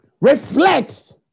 reflect